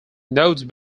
note